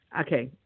Okay